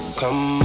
come